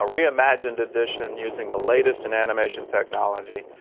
ah re-imagined edition using the latest in animation technology.